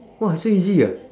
!wah! so easy ah